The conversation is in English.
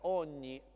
ogni